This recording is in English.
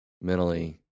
mentally